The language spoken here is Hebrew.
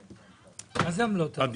מה זה עמלות הפצה?